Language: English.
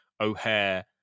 O'Hare